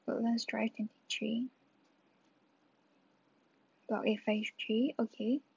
roland's drive number three block eight five six three okay